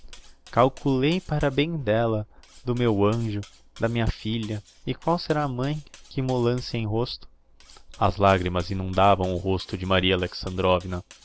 calculei para bem d'ella do meu anjo da minha filha e qual será a mãe que m'o lance em rosto as lagrimas inundavam o rosto de maria